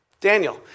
Daniel